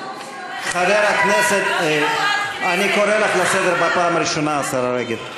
אני קורא אותך לסדר בפעם הראשונה, השרה רגב.